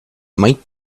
might